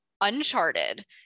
Uncharted